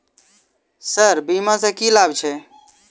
Sir बीमा सँ की लाभ छैय?